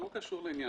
זה לא קשור לעניין.